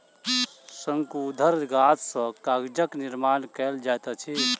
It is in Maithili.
शंकुधर गाछ सॅ कागजक निर्माण कयल जाइत अछि